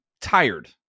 tired